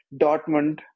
Dortmund